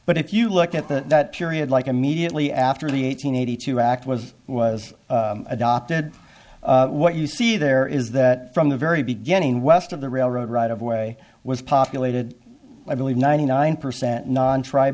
but if you look at the period like immediately after the eight hundred eighty two act was was adopted what you see there is that from the very beginning west of the railroad right of way was populated i believe ninety nine percent non tri